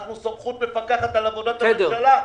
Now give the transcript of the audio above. אנחנו סמכות מפקחת על עבודת הממשלה.